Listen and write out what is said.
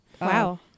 Wow